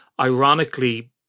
ironically